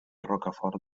rocafort